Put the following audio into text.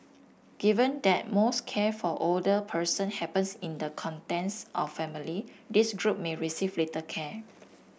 given that most care for older person happens in the contents of family this group may receive little care